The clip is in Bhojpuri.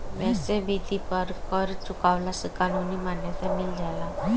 वेश्यावृत्ति पर कर चुकवला से कानूनी मान्यता मिल जाला